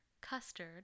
custard